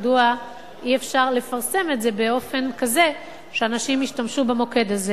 מדוע אי-אפשר לפרסם את זה באופן כזה שאנשים ישתמשו במוקד הזה?